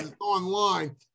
online